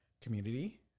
community